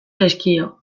zaizkio